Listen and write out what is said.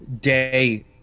day